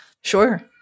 Sure